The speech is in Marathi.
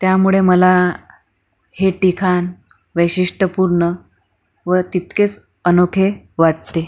त्यामुळे मला हे ठिकाण वैशिष्ट्यपूर्ण व तितकेच अनोखे वाटते